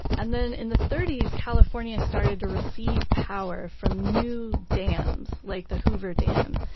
and then, in the thirty s california started to receive power from new dams, like the hoover dam.